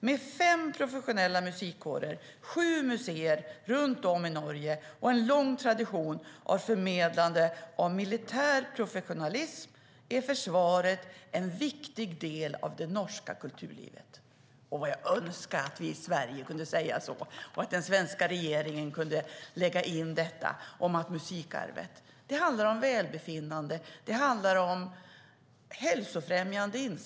Med fem professionella musikkårer, sju museer runt om i Norge och en lång tradition av förmedlande av militär professionalism är Försvaret en viktig del av det norska kulturlivet. Vad jag önskar att vi i Sverige kunde säga likadant och att den svenska regeringen kunde lägga till att musikarvet handlar om välbefinnande.